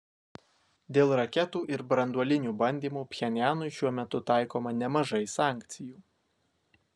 dėl raketų ir branduolinių bandymų pchenjanui šiuo metu taikoma nemažai sankcijų